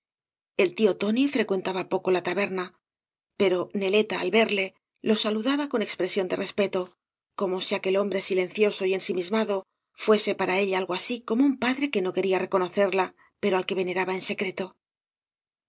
el tío tódí frecuentaba poco la taberna pero neleta al verle lo saludaba con expresión de respeto como si aquel hombre silencioso y ensimismado fuese para ella algo así como un padre que no quería reconocerla pero al que veneraba en secreto